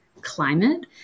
climate